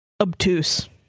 obtuse